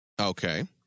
Okay